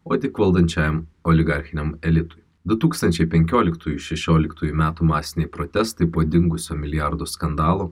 o tik valdančiam oligarchiniam elitui du tūkstančiai penkioliktųjų šešioliktųjų metų masiniai protestai po dingusio milijardo skandalų